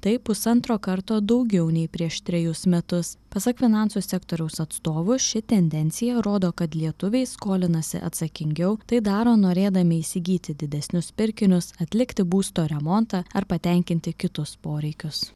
tai pusantro karto daugiau nei prieš trejus metus pasak finansų sektoriaus atstovų ši tendencija rodo kad lietuviai skolinasi atsakingiau tai daro norėdami įsigyti didesnius pirkinius atlikti būsto remontą ar patenkinti kitus poreikius